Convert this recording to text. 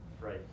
Right